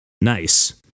nice